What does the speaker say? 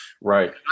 Right